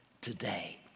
today